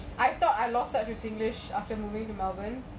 I thought I lost touch with singlish after moving to melbourne